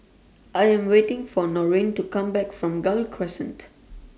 I Am waiting For Norine to Come Back from Gul Crescent